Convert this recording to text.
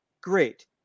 great